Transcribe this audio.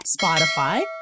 Spotify